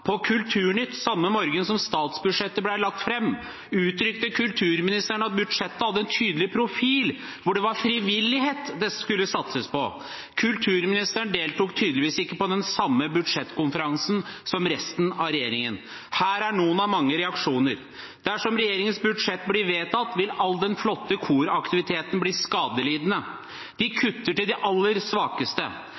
På Kulturnytt samme morgen som statsbudsjettet ble lagt fram, uttrykte kulturministeren at budsjettet hadde en tydelig profil, hvor det var frivillighet det skulle satses på. Kulturministeren deltok tydeligvis ikke på den samme budsjettkonferansen som resten av regjeringen. Her er noen av mange reaksjoner: Dersom regjeringens budsjett blir vedtatt, vil all den flotte koraktiviteten bli skadelidende. De